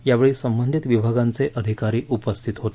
यावेळी संबंधित विभागाचे अधिकारी उपस्थित होते